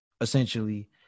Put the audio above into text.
essentially